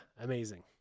amazing